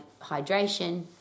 hydration